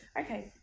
Okay